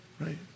Right